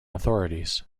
authorities